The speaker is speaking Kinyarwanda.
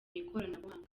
ikoranabuhanga